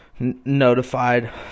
Notified